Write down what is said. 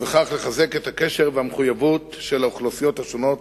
ובכך לחזק את הקשר והמחויבות של האוכלוסיות השונות